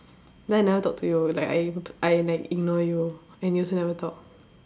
then I never talk to you like I I like ignore you and you also never talk